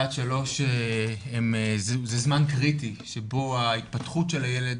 עד 3 זה זמן קריטי שבו ההתפתחות של הילדים